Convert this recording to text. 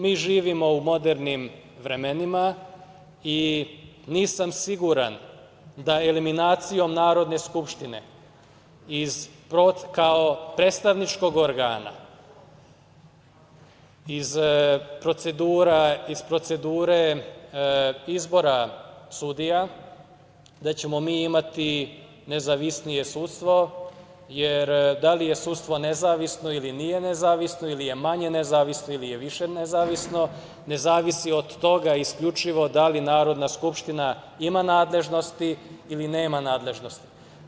Mi živimo u modernim vremenima i nisam siguran da eliminacijom Narodne skupštine kao predstavničkog organa iz procedure izbora sudija da ćemo mi imati nezavisnije sudstvo, jer da li je sudstvo nezavisno ili nije nezavisno, ili je manje nezavisno, ili je više nezavisno ne zavisi od toga isključivo da li Narodna skupština ima nadležnosti ili nema nadležnosti.